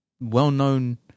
well-known